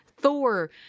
thor